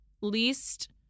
least